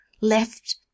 left